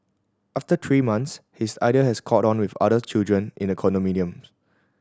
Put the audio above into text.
after three months his idea has caught on with other children in the condominium